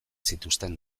zituzten